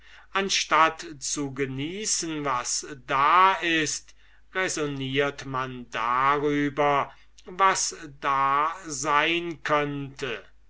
anstatt zu genießen was da ist raisonniert man darüber was da sein könnte